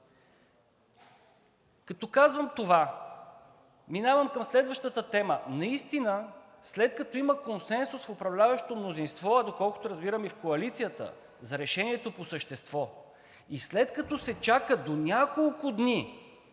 Като казвам това, минавам към следващата тема. Наистина, след като има консенсус в управляващото мнозинство, а доколкото разбирам и в коалицията, за решението по същество и след като се чака до няколко дни